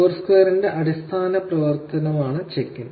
ഫോർസ്ക്വയറിന്റെ അടിസ്ഥാന പ്രവർത്തനമാണ് check in